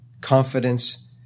confidence